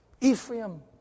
Ephraim